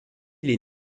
les